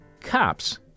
cops